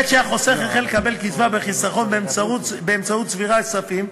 מעת שהחוסך החל לקבל קצבה בחיסכון באמצעות צבירת כספים,